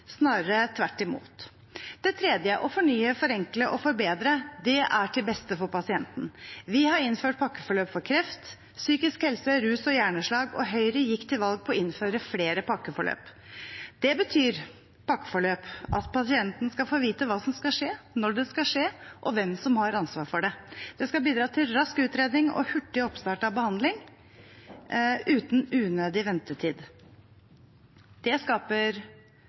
snarere tvert imot. Det tredje, å fornye, forenkle og forbedre, er til beste for pasienten. Vi har innført pakkeforløp for kreft, psykisk helse, rus og hjerneslag, og Høyre gikk til valg på å innføre flere pakkeforløp. Pakkeforløp betyr at pasienten skal få vite hva som skal skje, når det skal skje, og hvem som har ansvar for det. Det skal bidra til rask utredning og hurtig oppstart av behandling, uten unødig ventetid. Det skaper